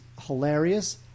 hilarious